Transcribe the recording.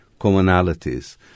commonalities